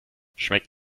schmeckt